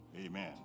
Amen